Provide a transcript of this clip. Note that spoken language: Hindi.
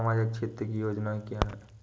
सामाजिक क्षेत्र की योजनाएँ क्या हैं?